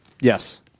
Yes